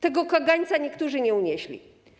Tego kagańca niektórzy nie unieśli.